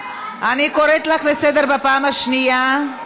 אני קוראת אותך לסדר בפעם השנייה.